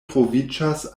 troviĝas